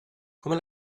come